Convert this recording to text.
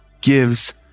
gives